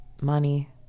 money